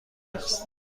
است